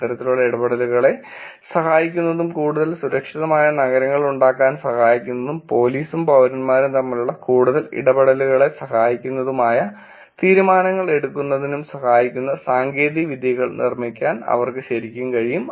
ഇത്തരത്തിലുള്ള ഇടപെടലുകളെ സഹായിക്കുന്നതും കൂടുതൽ സുരക്ഷിതമായ നഗരങ്ങളുണ്ടാക്കാൻ സഹായിക്കുന്നതും പോലീസും പൌരന്മാരും തമ്മിലുള്ള കൂടുതൽ ഇടപെടലുകളെ സഹായിക്കുന്നതുമായ തീരുമാനങ്ങൾ എടുക്കുന്നതിനും സഹായിക്കുന്ന സാങ്കേതിക വിദ്യകൾ നിർമ്മിക്കാൻ അവർക്ക് ശരിക്കും കഴിയും